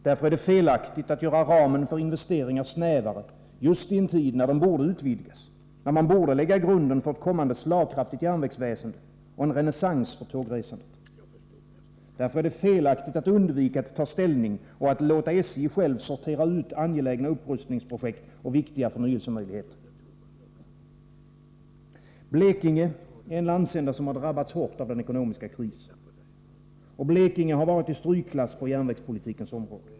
Därför är det felaktigt att göra ramen för investeringar snävare, just i en tid när den borde utvidgas, när man borde lägga grunden för ett kommande slagkraftigt järnvägsväsende och en renässans för tågresandet. Därför är det felaktigt att undvika att ta ställning och att låta SJ självt sortera ut angelägna upprustningsprojekt och viktiga förnyelsemöjligheter. Blekinge är en landsända som har drabbats hårt av den ekonomiska krisen. Och Blekinge har varit i strykklass på järnvägspolitikens område.